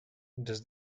does